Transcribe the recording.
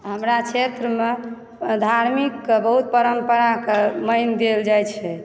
हमरा क्षेत्रमे धार्मिककऽ बहुत परम्पराके मानि देल जैत छै